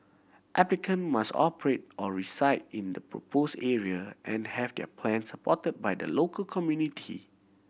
applicant must operate or reside in the propose area and have their plans supported by the local community